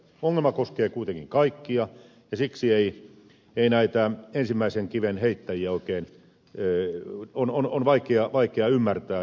ongelma koskee kuitenkin kaikkia ja siksi näitä ensimmäisen kiven heittäjiä on vaikea ymmärtää